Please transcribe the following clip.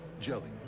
Jelly